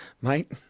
mate